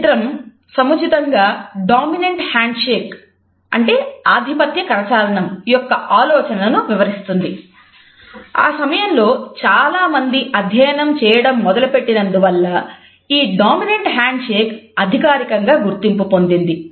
ఈ చిత్రం సముచితంగా డామినెంట్ హ్యాండ్షేక్ అధికారికంగా గుర్తింపు పొందింది